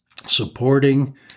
supporting